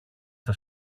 στα